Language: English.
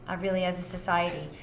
ah really, as a society.